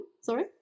sorry